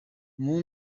uwo